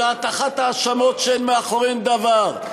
של הטחת האשמות שאין מאחוריהן דבר.